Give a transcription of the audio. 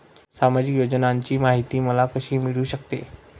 सामाजिक योजनांची माहिती मला कशी मिळू शकते?